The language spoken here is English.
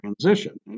transition